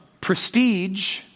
prestige